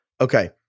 Okay